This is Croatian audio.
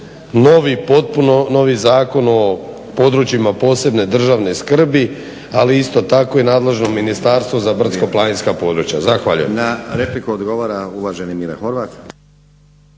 novi, potpuno novi Zakon o područjima posebne državne skrbi ali isto tako i nadležno ministarstvo za brdsko-planinska područja. Zahvaljujem.